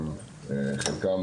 חלקם